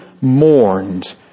mourned